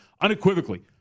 Unequivocally